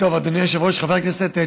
אדוני היושב-ראש, חבר הכנסת ג'בארין,